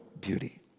beauty